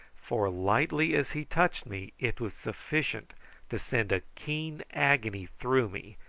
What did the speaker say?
for, lightly as he touched me, it was sufficient to send a keen agony through me,